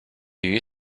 you